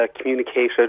communicated